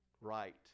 right